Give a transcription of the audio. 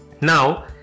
Now